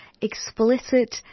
explicit